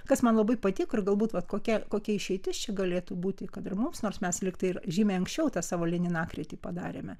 kas man labai patiko ir galbūt vat kokia kokia išeitis čia galėtų būti kad ir mums nors mes lyg tai ir žymiai anksčiau tą savo leninakritį padarėme